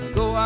go